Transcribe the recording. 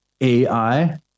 AI